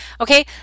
Okay